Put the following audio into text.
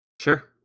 Sure